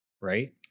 right